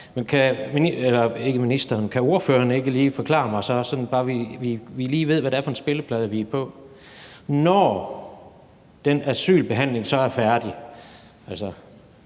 kan ordføreren så ikke lige forklare mig, bare sådan at vi lige ved, hvad det er for en spilleplade, vi er på: Når den asylbehandling så er færdig,